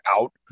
out